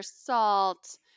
salt